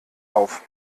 auf